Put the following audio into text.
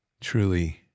truly